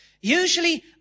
Usually